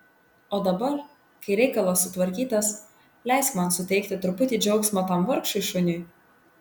o dabar kai reikalas sutvarkytas leisk man suteikti truputį džiaugsmo tam vargšui šuniui